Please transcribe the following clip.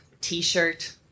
t-shirt